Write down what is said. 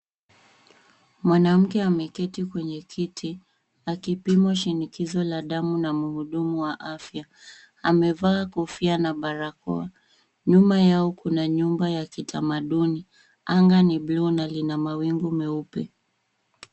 Mwanamke ameketi kwenye kiti, akipimwa shinikizo la damu na mhudumu wa afya. Amevaa kofia na barakoa. Nyuma yao kuna nyumba ya kitamaduni. Anga ni bluu na lina mawingu meupe.